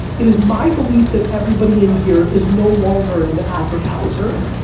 it is my belief that everybody in here is no longer an advertiser,